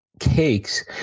cakes